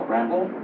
Randall